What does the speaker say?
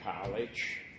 college